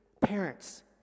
Parents